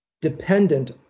dependent